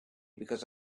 because